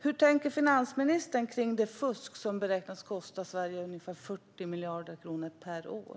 Hur tänker finansministern kring det fusk som beräknas kosta Sverige ungefär 40 miljarder kronor per år?